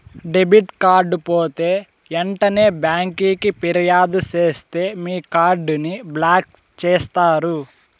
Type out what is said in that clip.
debit card పోతే ఎంటనే బ్యాంకికి ఫిర్యాదు సేస్తే మీ కార్డుని బ్లాక్ చేస్తారు